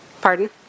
Pardon